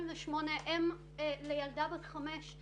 אם לילדה בת חמש,